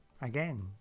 Again